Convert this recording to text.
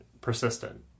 persistent